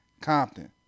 Compton